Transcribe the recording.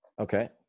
Okay